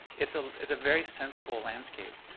it's ah it's a very sensible landscape.